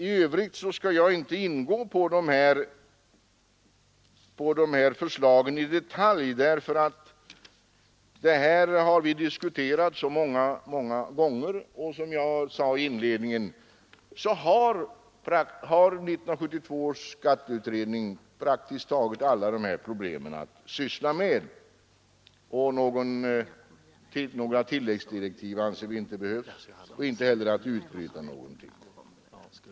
I övrigt skall jag inte ingå på de här förslagen i detalj därför att detta har vi diskuterat så många gånger. Och som jag sade i inledningen har 1972 års skatteutredning praktiskt taget alla dessa problem att syssla med. Några tilläggsdirektiv anser vi inte behövs, och vi anser inte heller att någonting behöver utbrytas.